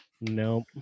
nope